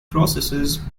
processes